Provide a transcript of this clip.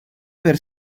per